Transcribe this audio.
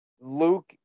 Luke